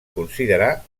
considerar